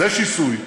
זה שיסוי.